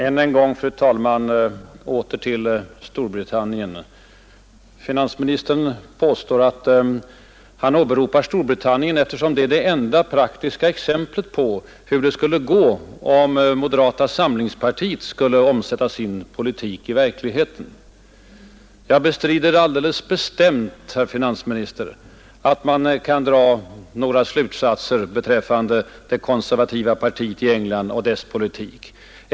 Fru talman! Än en gång åter till Storbritannien. Finansministern påstår att han åberopat Storbritannien eftersom det är det enda praktiska exemplet på hur det skulle gå om moderata samlingspartiet skulle omsätta sin politik i verkligheten. Jag bestrider alldeles bestämt, herr finansminister, att man kan dra några slutsatser för vårt vidkommande av det konservativa partiet i England och dess politik.